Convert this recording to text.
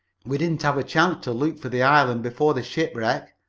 we didn't have a chance to look for the island before the shipwreck,